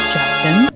Justin